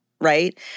right